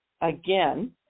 again